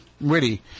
witty